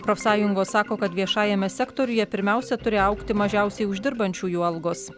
profsąjungos sako kad viešajame sektoriuje pirmiausia turi augti mažiausiai uždirbančiųjų algos